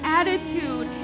attitude